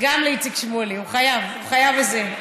גם לאיציק שמולי, הוא חייב, הוא חייב את זה.